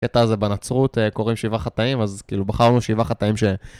קטע הזה בנצרות קוראים שבעה חטאים, אז כאילו בחרנו שבעה חטאים ש...